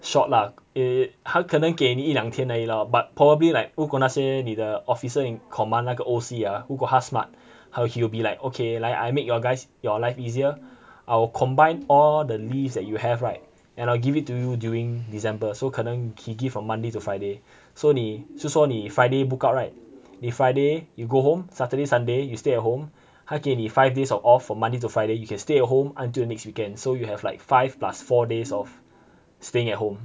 short lah eh 他可能给你一两天而已 lor but probably like 如果那些你的 officer in command 那个 O_C ah 如果他 smart he will be like okay 来 I make you all guys your life easier I will combine all the leaves that you have right and I'll give it to you during december so 可能 he give from monday to friday so 你就说你 friday book out right if friday you go home saturday sunday you stay at home 他给你 five days of off from monday to friday you can stay at home until next weekend so you have like five plus four days of staying at home